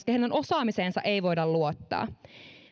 heidän osaamiseensa ei voida luottaa